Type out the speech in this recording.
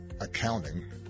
accounting